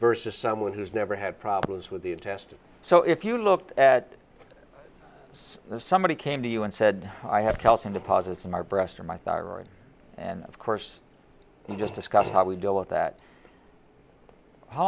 versus someone who's never had problems with the intestine so if you look at if somebody came to you and said i have calcium deposits in my breast or my thyroid and of course you just discuss how we deal with that h